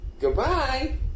Goodbye